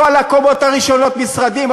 כל הקומות הראשונות משרדים,